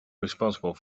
responsible